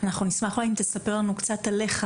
אנחנו נשמח אם תספר לנו קצת עליך,